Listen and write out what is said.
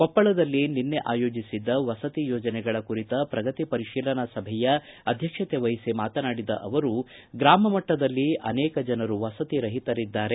ಕೊಪ್ಪಳದಲ್ಲಿ ನಿನ್ನೆ ಆಯೋಜಿಸಿದ್ದ ವಸತಿ ಯೋಜನೆಗಳ ಕುರಿತ ಪ್ರಗತಿ ಪರಿಶೀಲನಾ ಸಭೆಯ ಅಧ್ವಕ್ಷತೆ ವಹಿಸಿ ಮಾತನಾಡಿದ ಅವರು ಗೂಮ ಮಟ್ಟದಲ್ಲಿ ಅನೇಕ ಜನರು ವಸತಿ ರಹಿತರಿದ್ದಾರೆ